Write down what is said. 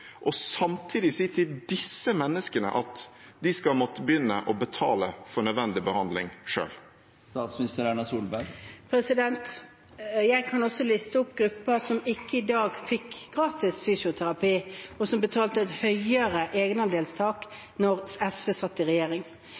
og dundrende rekord i oljepengebruk og samtidig si til disse menneskene at de må begynne å betale for nødvendig behandling selv? Jeg kan også liste opp grupper som i dag ikke får gratis fysioterapi, og som betalte en høyere egenandel da SV satt i regjering.